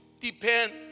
depend